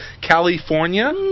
California